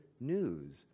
news